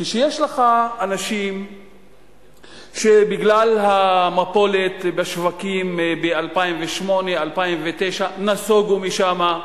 כשיש לך אנשים שבגלל המפולת בשווקים ב-2008 2009 נסוגו משם,